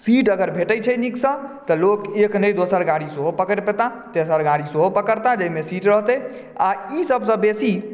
seat अगर भेटै छै नीकसँ तऽ लोक एक नहि दोसर गाड़ी सेहो पकड़ि पैता तेसर गाड़ी सेहो पकड़ता जाहि मे सीट रहतै आ ई सभसँ बेसी